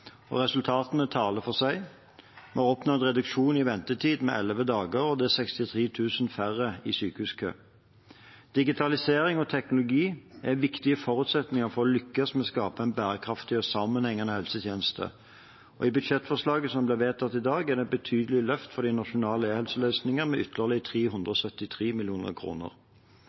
og resultatene taler for seg: Vi har oppnådd reduksjon i ventetid med elleve dager, og det er 63 000 færre i sykehuskø. Digitalisering og teknologi er viktige forutsetninger for å lykkes med å skape en bærekraftig og sammenhengende helsetjeneste, og i budsjettforslaget som blir vedtatt i dag, er det et betydelig løft for de nasjonale e-helseløsningene, med ytterligere 373